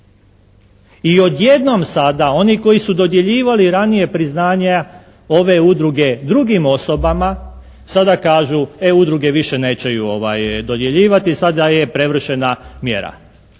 I odjednom sada oni koji su dodjeljivali ranije priznanja ove udruge drugim osobama sada kažu e udruge više neće dodjeljivati, sada je prevršena mjera.